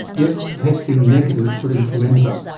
yet testing negative for influenza.